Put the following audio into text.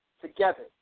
together